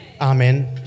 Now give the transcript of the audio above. Amen